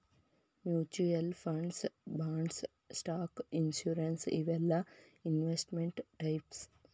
mutual funds bonds stock insurance ಇವೆಲ್ಲಾ investment types